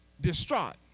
distraught